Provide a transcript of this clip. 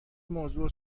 موضوع